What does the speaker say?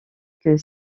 que